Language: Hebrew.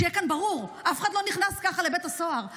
שיהיה כאן ברור: אף אחד לא נכנס ככה לבית הסוהר.